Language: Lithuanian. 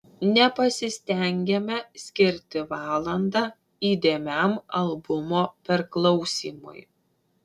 nepasistengiame skirti valandą įdėmiam albumo perklausymui